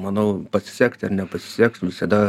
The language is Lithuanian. manau pasisekt ar nepasiseks visada